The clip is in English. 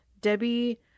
Debbie